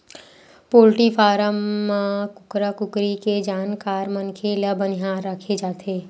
poultry farm म कुकरा कुकरी के जानकार मनखे ल बनिहार राखे जाथे